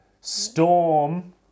Storm